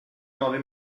nove